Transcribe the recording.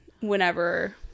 whenever